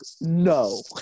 no